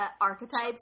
archetypes